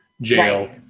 jail